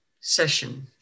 session